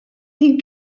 din